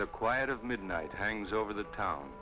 the quiet of midnight hangs over the town